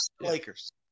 Lakers